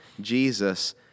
Jesus